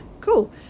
cool